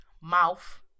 mouth